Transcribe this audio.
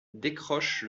décroche